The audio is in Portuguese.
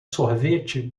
sorvete